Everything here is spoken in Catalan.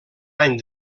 any